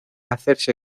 hacerse